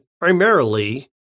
primarily